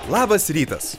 labas rytas